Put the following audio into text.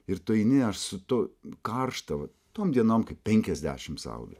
ir tu eini ar su tu karšta va tom dienom kaip penkiasdešim saulė